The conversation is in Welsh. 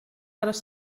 aros